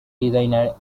designer